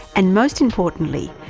and most importantly,